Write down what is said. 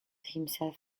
himself